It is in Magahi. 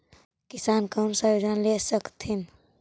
किसान कोन सा योजना ले स कथीन?